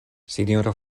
sinjoro